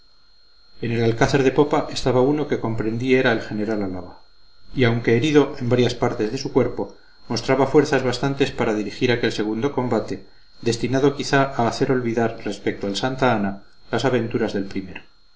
en el alcázar de popa estaba uno que comprendí era el general álava y aunque herido en varias partes de su cuerpo mostraba fuerzas bastantes para dirigir aquel segundo combate destinado quizá a hacer olvidar respecto al santa ana las desventuras del primero